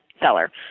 seller